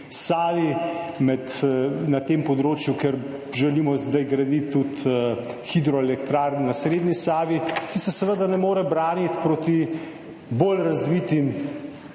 Savi, na tem področju, kjer želimo zdaj graditi tudi hidroelektrarne na srednji Savi, ki se seveda ne more braniti proti bolj razvitim